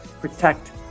protect